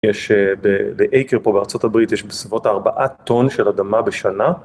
יש באקר פה בארצות הברית יש בסביבות 4 טון של אדמה בשנה